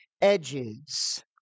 edges